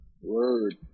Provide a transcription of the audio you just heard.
Word